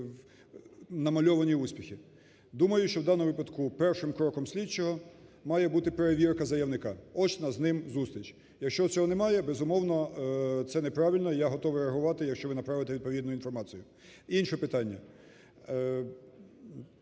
Думаю, що в даному випадку першим кроком слідчого має бути перевірка заявника. Очна з ним зустріч. якщо цього немає, безумовно, це неправильно, і я готовий реагувати, якщо ви направите відповідну інфорамцію. Інше питання.